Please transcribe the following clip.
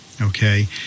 okay